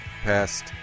passed